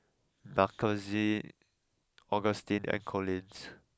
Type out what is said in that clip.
Makenzie Augustine and Collins